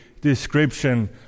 description